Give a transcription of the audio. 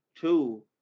two